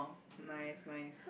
nice nice